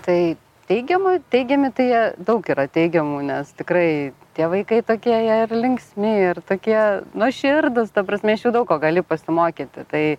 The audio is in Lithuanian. tai teigiama teigiami tai jie daug yra teigiamų nes tikrai tie vaikai tokie jie ir linksmi ir tokie nuoširdūs ta prasme iš jų daug ko gali pasimokyti tai